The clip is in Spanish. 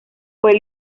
fue